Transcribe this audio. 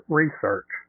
research